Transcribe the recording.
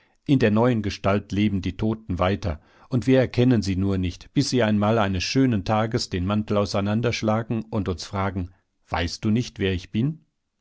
in der neuen gestalt leben die toten weiter und wir erkennen sie nur nicht bis sie einmal eines schönen tages den mantel auseinanderschlagen und uns fragen weißt du nicht wer ich bin